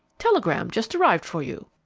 telegram just arrived for you.